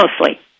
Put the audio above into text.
Mostly